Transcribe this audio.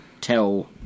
tell